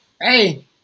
Hey